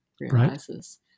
realizes